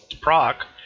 proc